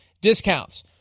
discounts